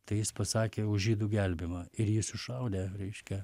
tai jis pasakė už žydų gelbėjimą ir jį sušaudė reiškia